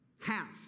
Half